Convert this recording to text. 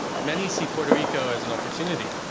many see puerto rico as an opportunity.